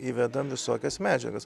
įvedam visokias medžiagas